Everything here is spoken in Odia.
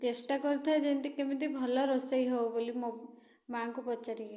ଚେଷ୍ଟା କରୁଥାଏ ଯେମିତି କେମିତି ଭଲ ରୋଷେଇ ହେଉ ବୋଲି ମୋ' ମା'ଙ୍କୁ ପଚାରିକି